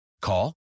Call